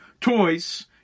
toys